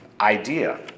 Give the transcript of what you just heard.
idea